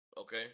Okay